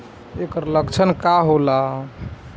ऐकर लक्षण का होला?